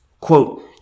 quote